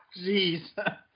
jeez